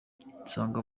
nsanga